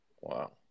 wow